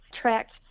tracked